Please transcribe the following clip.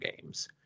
games